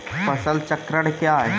फसल चक्रण क्या है?